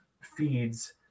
feeds